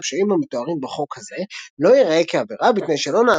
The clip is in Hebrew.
נושא הפשעים המתוארים בחוק הזה לא יראה כעבירה בתנאי שלא